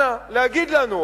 אנא הגידו לנו.